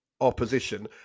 opposition